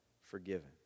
forgiven